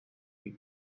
you